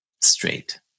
straight